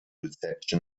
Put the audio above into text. reception